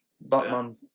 Batman